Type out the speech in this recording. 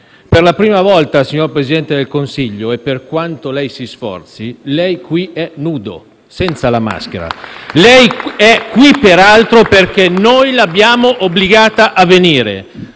Per la prima volta, signor Presidente del Consiglio, per quanto lei si sforzi, lei qui è nudo, senza la maschera. *(Applausi dal Gruppo PD)*. Lei è qui, peraltro, perché noi l'abbiamo obbligata a venire.